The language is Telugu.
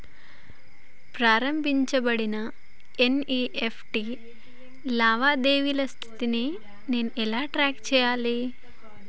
ప్రారంభించబడిన ఎన్.ఇ.ఎఫ్.టి లావాదేవీల స్థితిని నేను ఎలా ట్రాక్ చేయాలి?